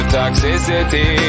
toxicity